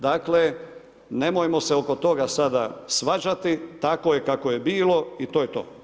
Dakle, nemojmo se oko toga sada svađati, tako je kako je bilo i to je to.